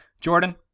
Jordan